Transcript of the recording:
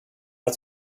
att